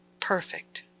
perfect